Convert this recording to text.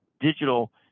digital